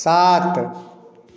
सात